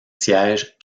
siège